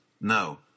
no